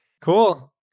cool